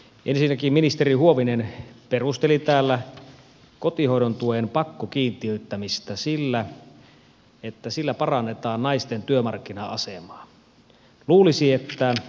ensinnäkin ministeri huovinen perusteli täällä kotihoidon tuen pakkokiintiöittämistä sillä että sillä parannetaan naisten työmarkkina asemaa